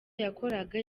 yakoraga